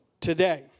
today